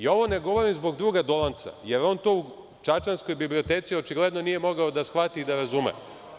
Ovo ne govorim zbog druga Dolanca, jer on to u čačanskoj biblioteci očigledno nije mogao da shvati i da razume.